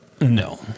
No